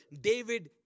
David